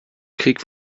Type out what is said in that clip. krieg